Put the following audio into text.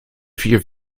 vier